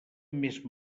més